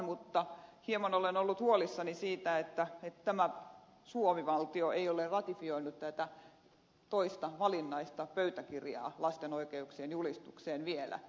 mutta hieman olen ollut huolissani siitä että tämä suomi valtio ei ole ratifioinut tätä toista valinnaista pöytäkirjaa lapsen oikeuksien sopimukseen vielä